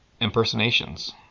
impersonations